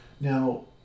Now